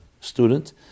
student